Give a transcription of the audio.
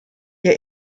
ihr